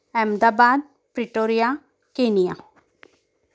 Ahmedabad Pretoria Kenya